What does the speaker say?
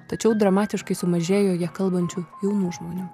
tačiau dramatiškai sumažėjo ja kalbančių jaunų žmonių